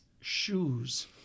shoes